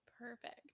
Perfect